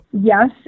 Yes